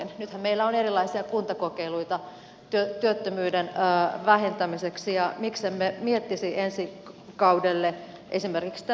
nythän meillä on erilaisia kuntakokeiluita työttömyyden vähentämiseksi ja miksemme miettisi ensi kaudelle esimerkiksi tämmöistä perustulokokeilua